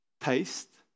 taste